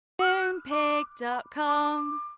Moonpig.com